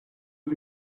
did